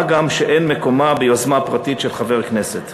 מה גם שאין מקום לכך ביוזמה פרטית של חבר כנסת.